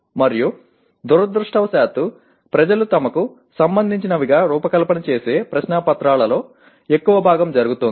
మరియు దురదృష్టవశాత్తు ప్రజలు తమకు సంబంధించినవిగా రూపకల్పన చేసే ప్రశ్నపత్రాలలో ఎక్కువ భాగం జరుగుతోంది